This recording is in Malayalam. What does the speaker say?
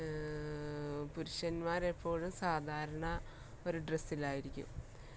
പുരുഷന്മാരെപ്പോഴും സാധാരണ ഒരു ഡ്രസ്സിലായിരിക്കും